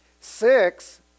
Six